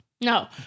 No